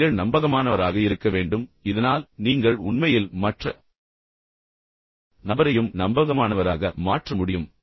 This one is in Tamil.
நீங்கள் நம்பகமானவராக இருக்க வேண்டும் இதனால் நீங்கள் உண்மையில் மற்ற நபரையும் நம்பகமானவராக மாற்ற முடியும்